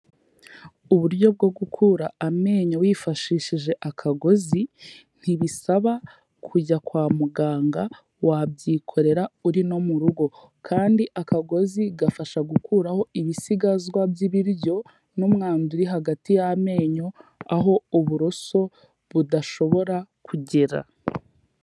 Uburyo bwo gukura amenyo wifashishije akagozi ntibisaba kujya kwa muganga, wabyikorera uri no mu rugo kandi akagozi gafasha gukuraho ibisigazwa by'ibiryo n'umwanda uri hagati y'amenyo, aho uburoso budashobora kugera.